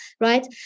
right